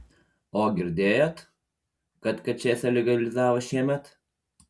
o girdėjot kad kačėsą legalizavo šiemet